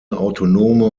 autonome